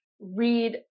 read